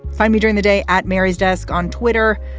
find me doing the day at mary's desk on twitter.